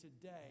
today